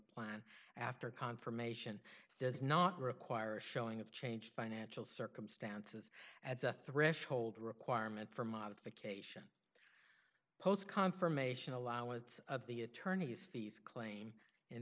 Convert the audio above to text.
plan after confirmation does not require showing of change financial circumstances as a threshold requirement for modification post conformation allowance of the attorney's fees claim in